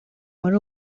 muri